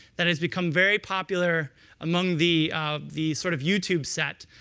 that has become very popular among the the sort of youtube set.